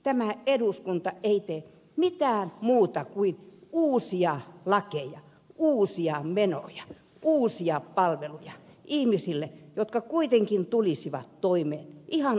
tämä eduskunta ei tee mitään muuta kuin säätää uusia lakeja uusia menoja uusia palveluja ihmisille jotka kuitenkin tulisivat toimeen ihan omillaan